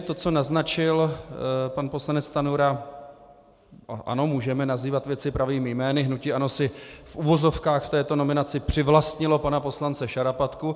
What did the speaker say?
To, co naznačil pan poslanec Stanjura, ano, můžeme nazývat věci pravými jmény, hnutí ANO si v uvozovkách v této nominaci přivlastnilo pana poslance Šarapatku.